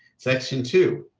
section two,